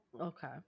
Okay